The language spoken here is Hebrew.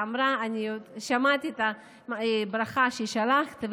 ואמרה: שמעתי את הברכה ששלחת,